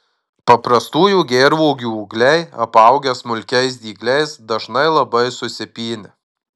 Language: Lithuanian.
paprastųjų gervuogių ūgliai apaugę smulkiais dygliais dažnai labai susipynę